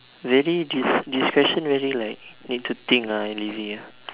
very this this question very like need to think ah I lazy ah